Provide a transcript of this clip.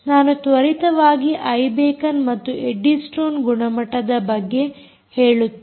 ನಾನು ತ್ವರಿತವಾಗಿ iBeacon ಮತ್ತು ಎಡ್ಡಿ ಸ್ಟೋನ್ ಗುಣಮಟ್ಟದ ಬಗ್ಗೆ ಹೇಳುತ್ತೇನೆ